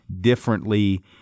differently